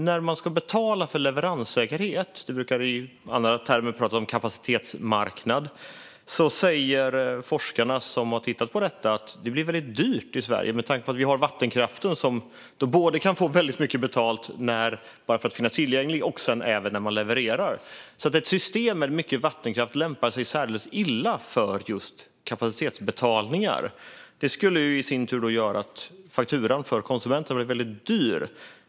När man ska betala för leveranssäkerhet - det brukar i andra termer pratas om kapacitetsmarknad - säger forskarna som har tittat på detta att det blir väldigt dyrt i Sverige med tanke på att vi har vattenkraften som man kan få väldigt mycket betalt för både bara för att ha den tillgänglig och när man sedan levererar. Ett system med mycket vattenkraft lämpar sig alltså särdeles illa för just kapacitetsbetalningar. Det skulle i sin tur göra att fakturan för konsumenterna blir väldigt dyr.